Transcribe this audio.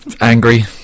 Angry